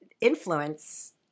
influence